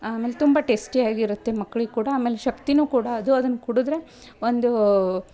ಆಮೇಲೆ ತುಂಬ ಟೇಸ್ಟಿಯಾಗಿರುತ್ತೆ ಮಕ್ಳಿಗೆ ಕೂಡ ಆಮೇಲೆ ಶಕ್ತಿಯೂ ಕೂಡ ಅದು ಅದನ್ನು ಕುಡಿದ್ರೆ ಒಂದು